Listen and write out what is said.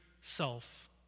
self